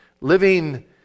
living